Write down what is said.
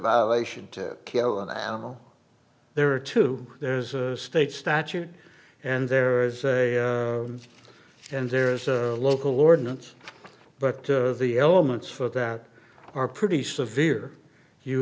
violation to kill an animal there are two there's a state statute and there's a and there's a local ordinance but the elements for that are pretty severe you